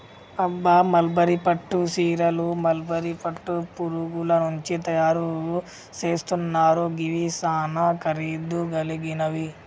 అబ్బ మల్బరీ పట్టు సీరలు మల్బరీ పట్టు పురుగుల నుంచి తయరు సేస్తున్నారు గివి సానా ఖరీదు గలిగినవి